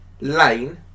lane